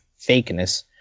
fakeness